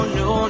no